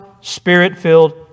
Spirit-filled